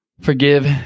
forgive